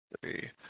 three